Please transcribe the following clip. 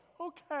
Okay